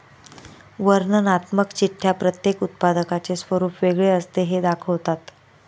वर्णनात्मक चिठ्ठ्या प्रत्येक उत्पादकाचे स्वरूप वेगळे असते हे दाखवतात